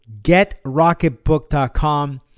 getrocketbook.com